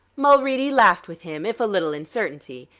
mulready laughed with him, if a little uncertainly.